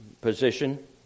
position